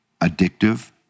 addictive